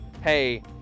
hey